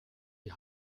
die